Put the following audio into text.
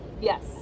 yes